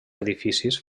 edificis